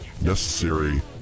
necessary